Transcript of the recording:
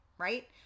right